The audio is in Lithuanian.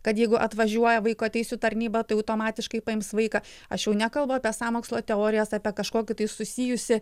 kad jeigu atvažiuoja vaiko teisių tarnyba tai automatiškai paims vaiką aš jau nekalbu apie sąmokslo teorijas apie kažkokį tai susijusį